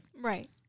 Right